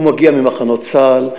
הוא מגיע ממחנות צה"ל,